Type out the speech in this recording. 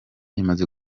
imaze